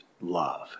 love